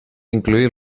incluir